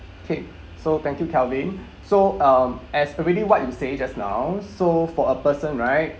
okay so thank you calvin so um as already what you say just now so for a person right